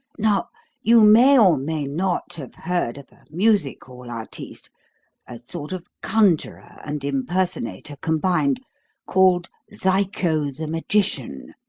now you may or may not have heard of a music hall artiste a sort of conjurer and impersonator combined called zyco the magician,